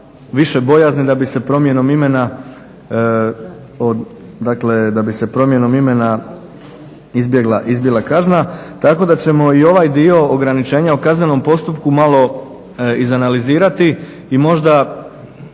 više bojazni da bi se promjenom imena izbjegla kazna tako da ćemo i ovaj dio ograničenja o kaznenom postupku malo izanalizirati i možda